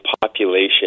population